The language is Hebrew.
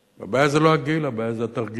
הבעיה היא לא הגיל, הבעיה היא התרגיל.